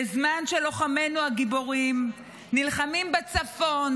בזמן שלוחמינו הגיבורים נלחמים בצפון,